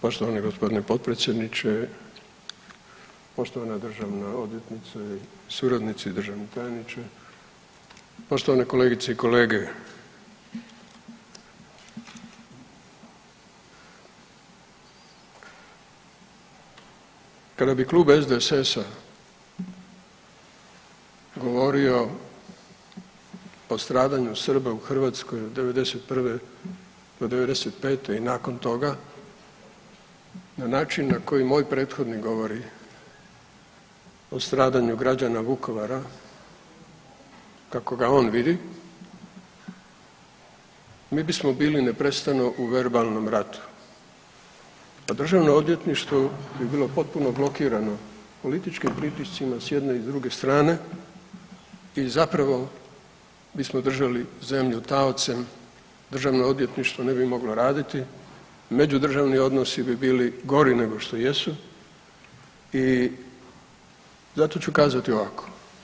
Poštovani gospodine potpredsjedniče, poštovana državna odvjetnice, suradnici i državni tajniče, poštovane kolegice i kolege, kada bi Klub SDSS-a govorio o stradanju Srba u Hrvatskoj od '91. do '95. i nakon toga na način na koji moj prethodnik govori o stradanju građana Vukovara kako ga on vidi, mi bismo bili neprestano u verbalnom ratu, a državno odvjetništvo bi bilo potpuno blokirano političkim pritiscima s jedne i s druge strane i zapravo bismo držali zemlju taocem, državno odvjetništvo ne bi moglo raditi, međudržavni odnosi bi bili gori nego što jesu i zato ću kazati ovako.